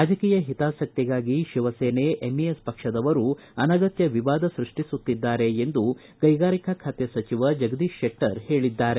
ರಾಜಕೀಯ ಹಿತಾಸಕ್ತಿಗಾಗಿ ಶಿವಸೇನೆ ಎಂಇಎಸ್ ಪಕ್ಷದವರು ಅನಗತ್ಯ ವಿವಾದ ಸೃಷ್ಟಿಸುತ್ತಿದ್ದಾರೆ ಎಂದು ಕೈಗಾರಿಕಾ ಖಾತೆ ಸಚಿವ ಜಗದೀಶ್ ಶೆಟ್ಟರ್ ಹೇಳದ್ದಾರೆ